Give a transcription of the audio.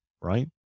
right